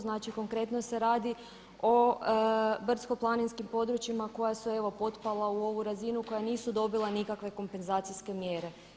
Znači konkretno se radi o brdsko-planinskim područjima koja su evo potpala u ovu razinu koja nisu dobila nikakve kompenzacijske mjere.